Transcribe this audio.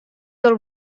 del